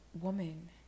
woman